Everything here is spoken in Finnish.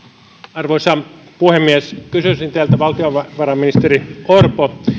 arvoisa puhemies kysyisin teiltä valtiovarainministeri orpo